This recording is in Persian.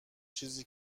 چیزای